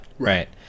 right